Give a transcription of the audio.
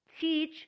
teach